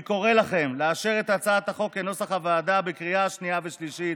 אני קורא לכם לאשר את הצעת החוק כנוסח הוועדה בקריאה שנייה ושלישית.